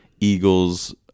eagles